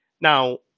Now